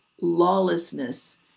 lawlessness